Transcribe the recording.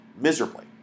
miserably